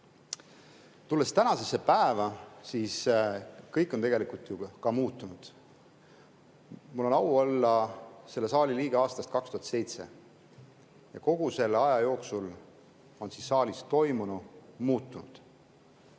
Tulles tänasesse päeva, siis kõik on tegelikult ju muutunud. Mul on au olla selle saali liige aastast 2007 ja kogu selle aja jooksul on siin saalis toimuv muutunud